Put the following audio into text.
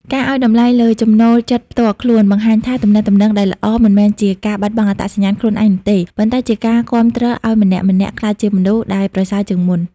ការឱ្យតម្លៃលើ «ចំណូលចិត្តផ្ទាល់ខ្លួន» បង្ហាញថាទំនាក់ទំនងដែលល្អ មិនមែនជាការបាត់បង់អត្តសញ្ញាណខ្លួនឯងនោះទេ ប៉ុន្តែជាការគាំទ្រឱ្យម្នាក់ៗក្លាយជាមនុស្សដែលប្រសើរជាងមុន។